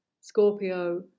Scorpio